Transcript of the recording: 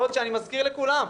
בעוד שאני מזכיר לכולם,